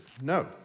No